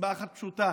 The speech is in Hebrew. מסיבה אחת פשוטה: